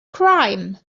crime